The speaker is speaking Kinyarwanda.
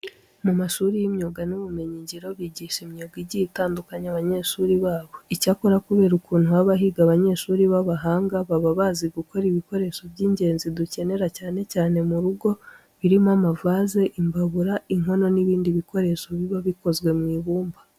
Mu mashuri y'imyuga n'ubumenyingiro bigisha imyuga igiye itandukanye abanyeshuri babo. Icyakora kubera ukuntu haba higa abanyeshuri b'abahanga baba bazi gukora ibikoresho by'ingenzi dukenera cyane cyane mu rugo birimo amavaze, imbabura, inkono n'ibindi bikoresho biba bikozwe mu ibumba.